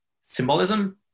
symbolism